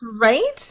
right